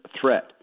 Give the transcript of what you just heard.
threat